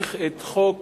להאריך את תוקף